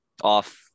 off